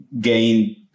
gain